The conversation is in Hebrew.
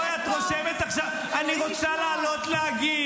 בואי, את אומרת עכשיו: אני רוצה להגיב.